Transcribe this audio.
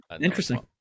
Interesting